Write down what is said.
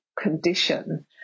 condition